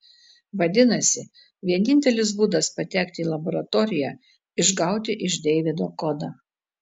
vadinasi vienintelis būdas patekti į laboratoriją išgauti iš deivido kodą